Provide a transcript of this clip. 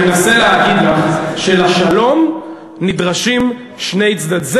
אני מנסה להגיד לך שלשלום נדרשים שני צדדים.